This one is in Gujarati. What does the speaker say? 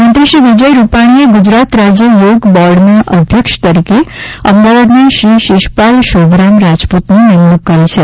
મુખ્યમંત્રી શ્રી વિજય રૂપાણીએ ગુજરાત રાજ્ય યોગ બોર્ડના અધ્યક્ષ તરીકે અમદાવાદના શ્રી શીશપાલ શોભરામ રાજપૂતની નિમણુંક કરી છે